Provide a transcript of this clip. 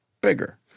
bigger